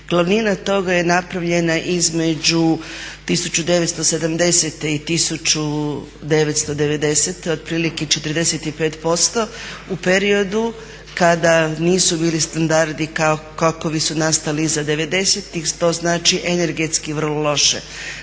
Glavnina toga je napravljena između 1970. i 1990., otprilike 45% u periodu kada nisu bili standardi kakvi su nastali iza '90.-tih, to znači energetski vrlo loše.